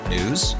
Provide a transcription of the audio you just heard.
News